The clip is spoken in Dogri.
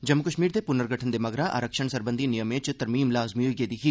जम्मू कश्मीर दे पुर्नगठन दे मगरा आरक्षण सरबंधी नियमें च तरमीम लाज़मी होई गेदी ही